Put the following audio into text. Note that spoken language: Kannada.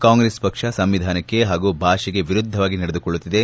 ಕಾಂಗ್ರೆಸ್ ಪಕ್ಷ ಸಂವಿಧಾನಕ್ಕೆ ಹಾಗೂ ಭಾಷೆಗೆ ವಿರುದ್ಧವಾಗಿ ನಡೆದುಕೊಳ್ಳುತ್ತಿದೆ